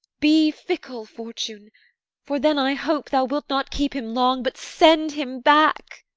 be fickle, fortune for then, i hope, thou wilt not keep him long but send him back.